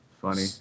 Funny